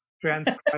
transcribe